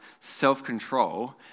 self-control